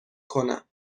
کنم